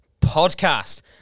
podcast